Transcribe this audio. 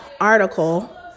article